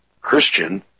Christian